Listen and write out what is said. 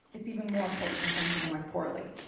it's even more important when things are going poorly.